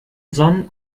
sonn